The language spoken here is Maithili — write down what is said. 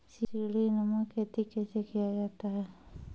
सीडीनुमा खेती कैसे किया जाय?